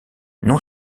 non